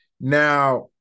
Now